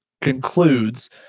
concludes